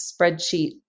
spreadsheet